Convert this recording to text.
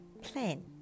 plan